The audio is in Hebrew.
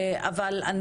אבל,